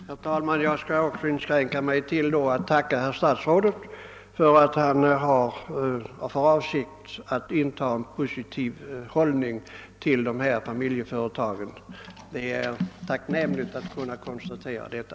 Herr talman! Jag skall begränsa mig till att tacka herr statsrådet för att han har för avsikt att inta en positiv hållning till dessa familjeföretag. Det är tacknämligt att kunna konstatera detta.